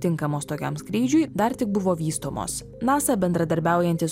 tinkamos tokiam skrydžiui dar tik buvo vystomos nasa bendradarbiaujantys